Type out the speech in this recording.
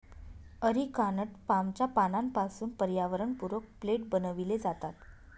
areca nut पामच्या पानांपासून पर्यावरणपूरक प्लेट बनविले जातात